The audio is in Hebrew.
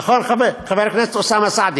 נכון, חבר הכנסת אוסאמה סעדי?